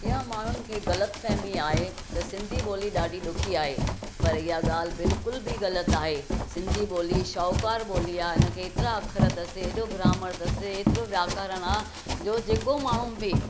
हीअं माण्हूनि खे ग़लतफ़हमी आहे त सिंधी बोली ॾाढी ॾुखी आहे पर इयहा ॻाल्हि बिल्कुलु बि ग़लति आहे सिंधी बोली शाहूकार बोली आहे हिनखे एतिरा अख़र अथस एॾो ग्रामर अथस एतिरो व्याकरण आहे जो जेको माण्हू बि